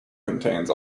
contains